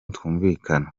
twumvikana